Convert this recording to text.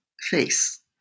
face